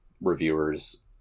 reviewers